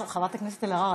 חברת הכנסת אלהרר,